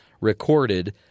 recorded